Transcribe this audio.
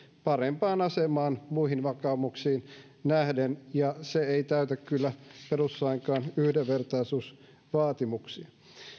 parempaan asemaan muihin vakaumuksiin nähden ja se ei täytä kyllä perustuslainkaan yhdenvertaisuusvaatimuksia